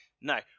No